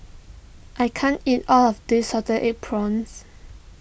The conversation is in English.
I can't eat all of this Salted Egg Prawns